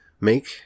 Make